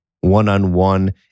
one-on-one